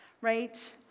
right